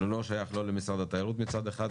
אבל הוא לא שייך לא למשרד התיירות מצד אחד,